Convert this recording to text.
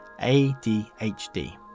ADHD